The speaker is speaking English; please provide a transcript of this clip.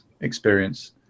experience